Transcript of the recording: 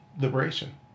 liberation